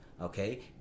okay